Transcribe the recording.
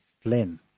Flynn